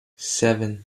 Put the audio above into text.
seven